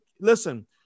listen